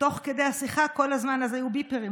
ותוך כדי השיחה כל הזמן הזה היו ביפרים,